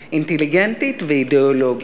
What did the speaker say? אינטליגנטית, אינטליגנטית ואידיאולוגית.